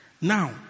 Now